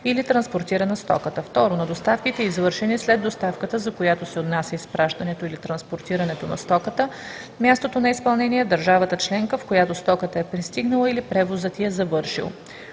или транспортирана стоката; 2. на доставките, извършени след доставката, за която се отнася изпращането или транспортирането на стоката – мястото на изпълнение е в държавата членка, в която стоката е пристигнала или превозът ѝ е завършил.